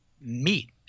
meat